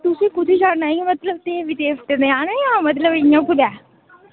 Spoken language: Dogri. तुसें कुत्थें जाना इंया देवी देवतें दे जाना जां इंया कुदै